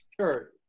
Sure